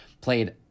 played